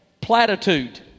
platitude